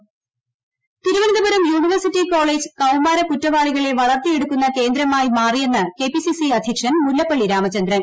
university Mullappally Thiruvananthapuram university college കൌമാര കുറ്റവാളികളെ വളർത്തിയെടുക്കുന്ന കേന്ദ്രമായി മാറിയെന്ന് കെ പി സി സി അധ്യക്ഷൻ മുല്ലപ്പള്ളി രാമച്ചൂന്ദ്ൻ